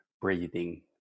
breathing